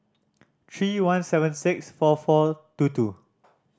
three one seven six four four two two